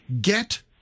get